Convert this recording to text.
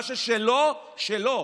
מה ששלו שלו,